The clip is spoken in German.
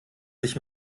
sich